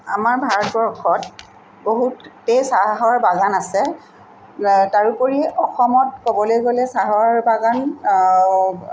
আমাৰ ভাৰতবৰ্ষত বহুতেই চাহৰ বাগান আছে তাৰোপৰি অসমত ক'বলৈ গ'লে চাহৰ বাগান